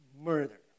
murder